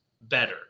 better